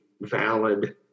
valid